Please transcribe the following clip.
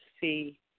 see